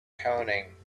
toning